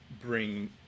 bring